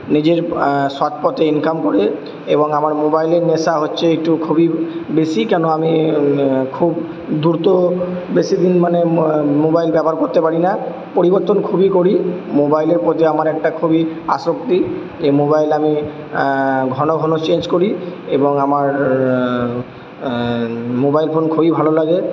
নিজের সৎ পথে ইনকাম করে এবং আমার মোবাইলের নেশা হচ্ছে একটু খুবই বেশি কেন আমি খুব দ্রুত বেশি দিন মানে মোবাইল ব্যবহার করতে পারি না পরিবর্তন খুবই করি মোবাইলের প্রতি আমার একটা খুবই আসক্তি যে মোবাইল আমি ঘন ঘন চেঞ্জ করি এবং আমার মোবাইল ফোন খুবই ভালো লাগে